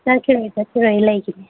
ꯆꯠꯈꯤꯔꯣꯏ ꯆꯠꯈꯤꯔꯣꯏ ꯂꯩꯈꯤꯅꯤ